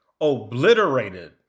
Obliterated